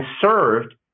served